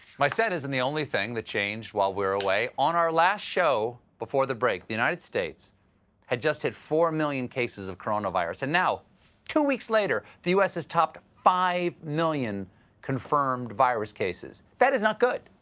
my set isn't the only thing that changed while we were away. on our last show before the break, the united states had just hit four million cases of coronavirus and now two weeks later the u s. has topped five million confirmed virus cases. this is not good.